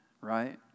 right